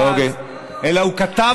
אני לא צריכה,